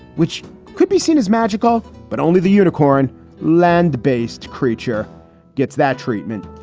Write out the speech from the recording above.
which could be seen as magical. but only the unicorn land based creature gets that treatment.